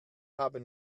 haben